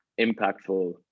impactful